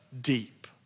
deep